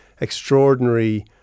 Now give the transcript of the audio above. extraordinary